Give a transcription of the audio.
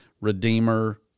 Redeemer